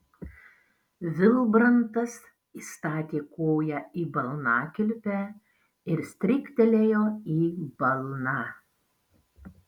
vilbrantas įstatė koją į balnakilpę ir stryktelėjo į balną